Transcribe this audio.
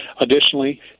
Additionally